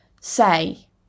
say